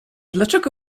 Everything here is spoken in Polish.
dlaczego